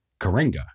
Karenga